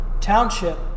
township